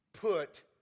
put